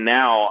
now